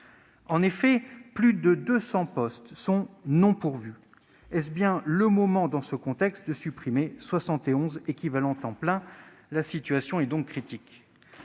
En effet, plus de 200 postes ne sont pas pourvus. Est-ce bien le moment de supprimer 71 équivalents temps plein ? La situation est donc critique.